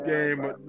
Game